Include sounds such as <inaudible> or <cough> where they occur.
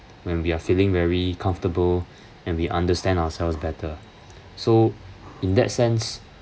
when we are feeling very comfortable <breath> and we understand ourselves better so in that sense